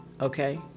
okay